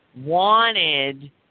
wanted